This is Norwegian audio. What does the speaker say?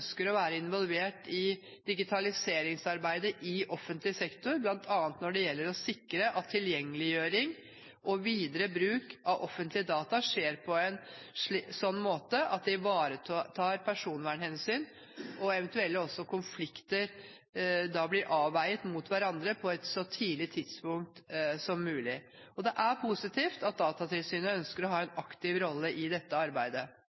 ønsker å være involvert i digitaliseringsarbeidet i offentlig sektor, bl.a. når det gjelder å sikre at tilgjengeliggjøring og videre bruk av offentlige data skjer på en slik måte at det ivaretar personvernhensyn, og at eventuelle konflikter blir avveid mot hverandre på et så tidlig tidspunkt som mulig. Det er positivt at Datatilsynet ønsker å ha en aktiv rolle i dette arbeidet.